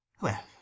Well